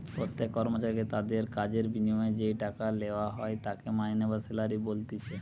প্রত্যেক কর্মচারীকে তাদির কাজের বিনিময়ে যেই টাকা লেওয়া হয় তাকে মাইনে বা স্যালারি বলতিছে